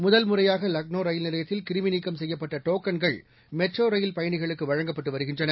முதல்முறையாக லக்னோ ரயில் நிலையத்தில் கிருமி நீக்கம் செய்யப்பட்ட டோக்கன்கள் மெட்ரோ ரயில் பயணிகளுக்கு வழங்கப்பட்டு வருகின்றன